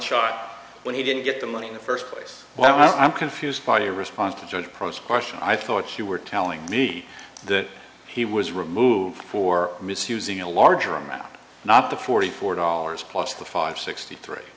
shot when he didn't get the money in the first place well i'm confused by your response to john approach question i thought you were telling me that he was removed for misusing a larger amount not the forty four dollars plus the five sixty three